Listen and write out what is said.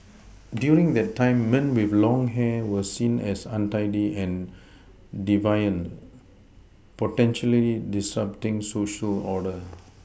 during that time men with long hair were seen as untidy and deviant potentially disrupting Social order